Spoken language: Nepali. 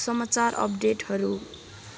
समाचार अपडेटहरू